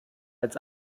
als